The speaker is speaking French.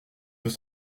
veut